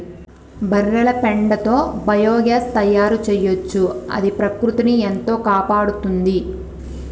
బర్రెల పెండతో బయోగ్యాస్ తయారు చేయొచ్చు అది ప్రకృతిని ఎంతో కాపాడుతుంది